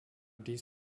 dies